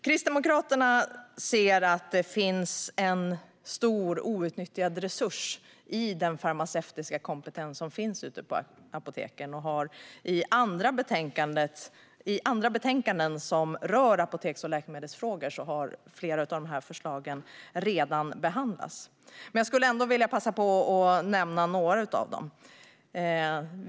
Kristdemokraterna anser att det finns en stor outnyttjad resurs i den farmaceutiska kompetens som finns på apoteken. I andra betänkanden som rör apoteks och läkemedelsfrågor har flera av förslagen redan behandlats. Jag skulle ändå vilja passa på att nämna några av dem.